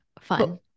fun